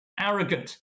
arrogant